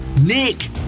Nick